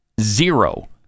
Zero